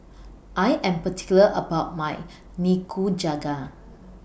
I Am particular about My Nikujaga